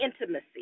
intimacy